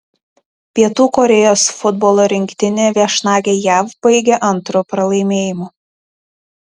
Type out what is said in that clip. pietų korėjos futbolo rinktinė viešnagę jav baigė antru pralaimėjimu